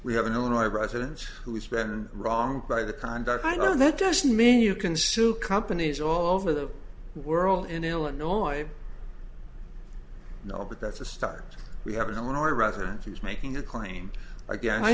we have in illinois presidents who has been wronged by the conduct i know that doesn't mean you can sue companies all over the world in illinois no but that's a start we have an illinois resident who's making a claim again i